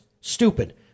stupid